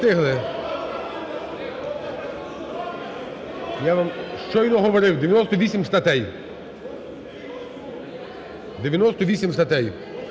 Я вам щойно говорив, 98 статей, 98 статей.